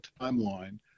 timeline